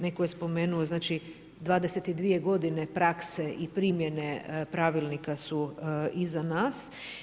Netko je spomenuo, znači 22 godine prakse i primjene pravilnika su iza nas.